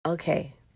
Okay